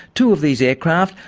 two of these aircraft,